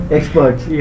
Experts